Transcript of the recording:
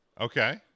Okay